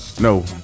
no